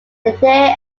they